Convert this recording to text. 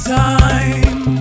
time